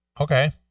Okay